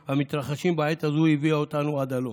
המתרחשים בעת הזו הביאו אותנו עד הלום.